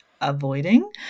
avoiding